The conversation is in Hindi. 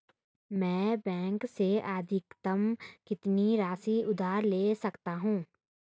मैं बैंक से अधिकतम कितनी राशि उधार ले सकता हूँ?